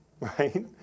Right